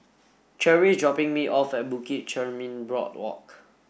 Cherri is dropping me off at Bukit Chermin Boardwalk